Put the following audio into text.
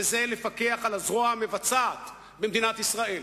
וזה לפקח על הזרוע המבצעת במדינת ישראל.